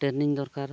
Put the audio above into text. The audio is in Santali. ᱴᱨᱮᱱᱤᱝ ᱫᱚᱨᱠᱟᱨᱟ